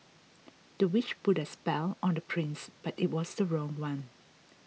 the witch put a spell on the prince but it was the wrong one